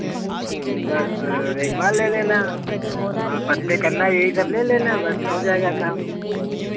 बस रेगमा ले लेना और पत्ते कन्ना यही सब ले लेना बस हो जाएगा काम